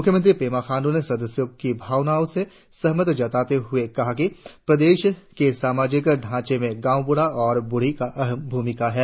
मुख्यमंत्री पेमा खांडू ने सदस्यों की भावनाओं से सहमति जताते हुए कहा कि प्रदेश के सामाजिक ढांचे में गांव ब्रढ़ा और ब्रढी की अहम भ्रमिका है